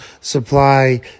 supply